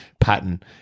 pattern